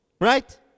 Right